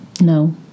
No